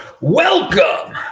welcome